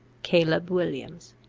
caleb williams.